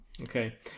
Okay